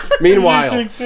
Meanwhile